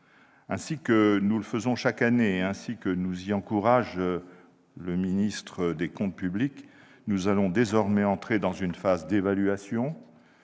Ainsi que nous le faisons chaque année, et comme nous y encourage le ministre de l'action et des comptes publics, nous allons désormais entrer dans une phase d'évaluation